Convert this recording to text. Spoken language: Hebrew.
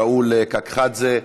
ראול קקחדזה.